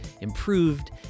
improved